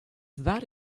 that